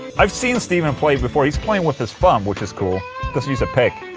i've seen steven play before, he's playing with his thumb, which is cool, doesn't use a pick